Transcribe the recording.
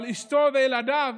אבל אשתו וילדיו